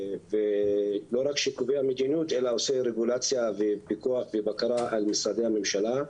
לא רק שקובע מדיניות אלא עושה רגולציה ופיקוח ובקרה על משרדי הממשלה,